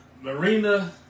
Marina